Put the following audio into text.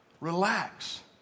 Relax